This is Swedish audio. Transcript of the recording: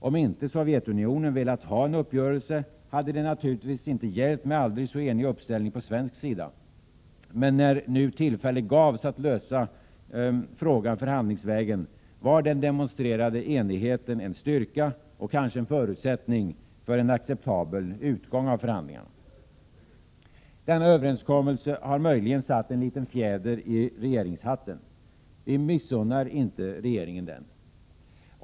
Om inte Sovjetunionen velat ha en uppgörelse hade det naturligtvis inte hjälpt med aldrig så enig uppställning från svensk sida. Men när nu tillfälle gavs att lösa frågan förhandlingsvägen, var den demonstrerade enigheten en styrka och kanske en förutsättning för en acceptabel utgång av förhandlingarna. Denna överenskommelse har möjligen satt en liten fjäder i regeringshatten. Vi missunnar inte regeringen den.